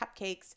Cupcakes